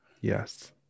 Yes